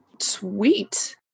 Sweet